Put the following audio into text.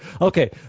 Okay